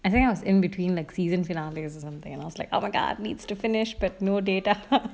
I think I was in between like season finale or something and I was like oh my god needs to finish but no data